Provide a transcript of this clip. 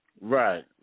right